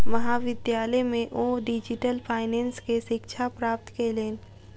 महाविद्यालय में ओ डिजिटल फाइनेंस के शिक्षा प्राप्त कयलैन